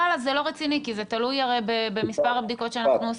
ואללה זה לא רציני כי זה תלוי הרי במספר הבדיקות שאנחנו עושים.